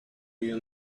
you